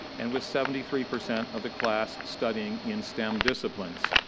and with seventy three percent of the class studying in stem disciplines.